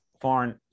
foreign